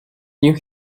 new